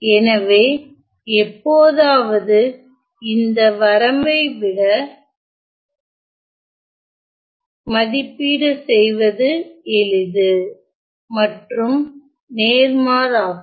எனவே எப்போதாவது இந்த வரம்பை இந்த வரம்பை விட மதிப்பீடு செய்வது எளிது மற்றும் நேர்மாறாகவும்